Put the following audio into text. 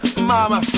mama